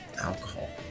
alcohol